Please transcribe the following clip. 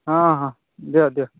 ହଁ ହଁ ଦିଅ ଦିଅ